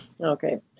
Okay